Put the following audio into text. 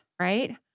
right